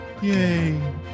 Yay